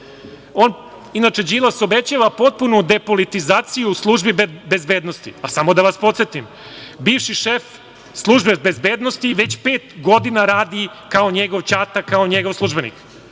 Đilas obećava potpunu depolitizaciju službi bezbednosti. Samo da vas podsetim, bivši šef službe bezbednosti već pet godina radi kao njegov ćata, kao njegov službenik